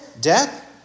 death